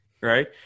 right